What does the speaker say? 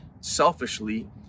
selfishly